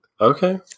okay